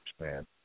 man